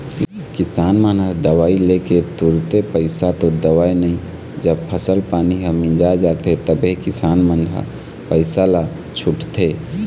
किसान मन ह दवई लेके तुरते पइसा तो देवय नई जब फसल पानी ह मिंजा जाथे तभे किसान मन ह पइसा ल छूटथे